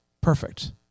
perfect